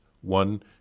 one